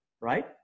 right